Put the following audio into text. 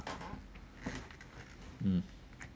mm